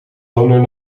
toner